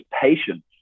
patience